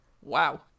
Wow